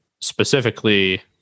specifically